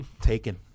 taken